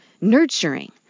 nurturing